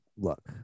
look